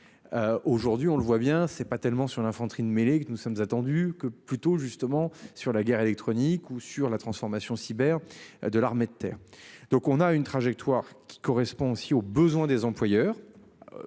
Aujourd'hui, on le voit bien, c'est pas tellement sûr l'infanterie de mêler que nous sommes attendus que plutôt justement sur la guerre électronique ou sur la transformation cyber de l'armée de terre. Donc on a une trajectoire qui correspond aussi aux besoins des employeurs.